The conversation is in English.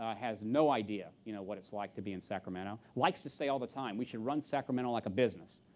ah has no idea, you know, what it's like to be in sacramento. likes to say all the time, we should run sacramento like a business.